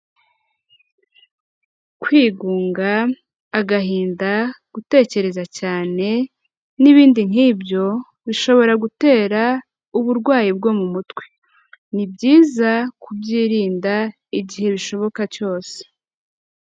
Kwigunga, agahinda, gutekereza cyane n'ibindi nk'ibyo bishobora gutera uburwayi bwo mu mutwe, ni byiza kubyirinda igihe bishoboka cyose.